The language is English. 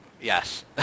Yes